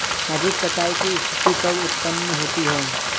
अधिक कटाई की स्थिति कब उतपन्न होती है?